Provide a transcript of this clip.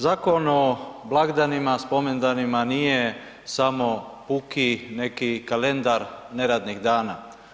Zakon o blagdanima, spomendanima nije samo puki neki kalendar neradnih dana.